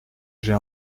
j’ai